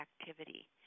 activity